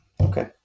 Okay